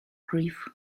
grief